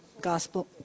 gospel